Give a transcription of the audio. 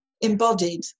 embodied